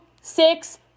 six